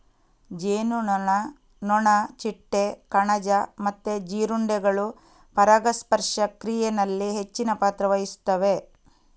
ಜೇನುನೊಣ, ನೊಣ, ಚಿಟ್ಟೆ, ಕಣಜ ಮತ್ತೆ ಜೀರುಂಡೆಗಳು ಪರಾಗಸ್ಪರ್ಶ ಕ್ರಿಯೆನಲ್ಲಿ ಹೆಚ್ಚಿನ ಪಾತ್ರ ವಹಿಸ್ತವೆ